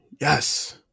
Yes